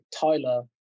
tyler